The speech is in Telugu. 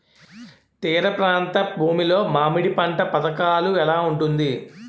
తీర ప్రాంత భూమి లో మామిడి పంట పథకాల ఎలా ఉంటుంది?